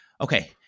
Okay